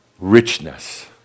richness